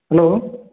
hello